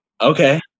okay